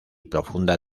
profunda